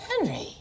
Henry